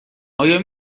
آیا